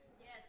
Yes